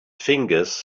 fingers